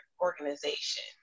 organization